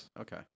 okay